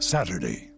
Saturday